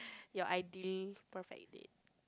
ya I did it perfectly